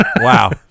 Wow